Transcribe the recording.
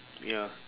ya